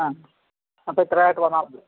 ആ അപ്പോൾ ഇത്രയും ആയിട്ട് വന്നാൽ മതിയോ